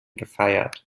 gefeiert